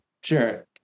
Sure